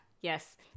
yes